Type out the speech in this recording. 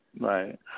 right